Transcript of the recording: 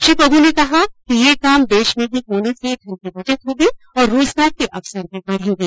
श्री प्रभु ने कहा कि यह काम देश में ही होने से धन की बचत होगी और रोजगार के अवसर भी बढेंगे